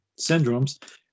syndromes